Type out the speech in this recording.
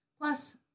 Plus